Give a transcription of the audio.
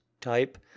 type